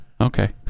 Okay